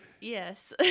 Yes